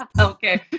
Okay